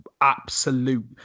absolute